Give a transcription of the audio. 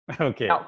okay